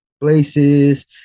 places